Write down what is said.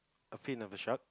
a fin of a shark